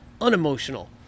unemotional